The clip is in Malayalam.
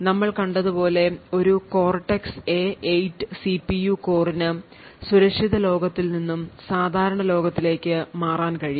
നമ്മൾ കണ്ടതുപോലെ ഒരു കോർടെക്സ് എ 8 സിപിയു കോർ ന് സുരക്ഷിത ലോകത്തിൽ നിന്നും സാധാരണ ലോകത്തിലേക്ക് മാറാൻ കഴിയും